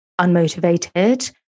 unmotivated